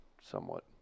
Somewhat